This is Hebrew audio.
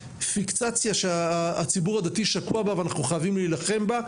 פיקסציה שהציבור הדתי שקוע בה ואנחנו חייבים להילחם בה.